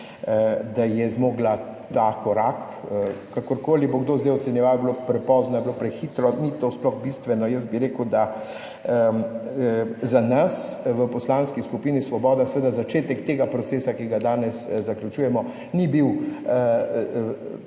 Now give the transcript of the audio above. da je zmogla ta korak. Kakorkoli bo kdo zdaj ocenjeval, ali je bilo prepozno ali je bilo prehitro, ni to sploh bistveno, jaz bi rekel, da za nas v Poslanski skupini Svoboda seveda začetek tega procesa, ki ga danes zaključujemo, ni bil